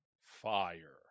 fire